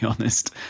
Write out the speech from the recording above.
honest